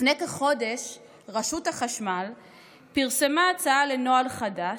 לפני כחודש רשות החשמל פרסמה הצעה לנוהל חדש,